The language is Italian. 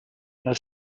nel